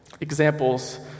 Examples